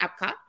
Epcot